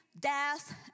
death